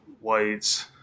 whites